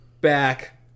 back